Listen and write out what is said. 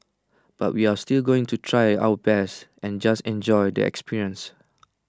but we're still going to try our best and just enjoy the experience